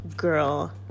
girl